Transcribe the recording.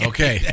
Okay